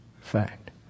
Fact